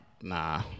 Nah